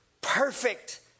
Perfect